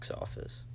office